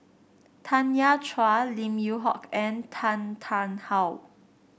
Tanya Chua Lim Yew Hock and Tan Tarn How